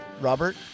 Robert